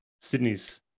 Sydney's